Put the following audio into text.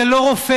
זה לא רופא,